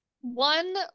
One